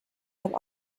have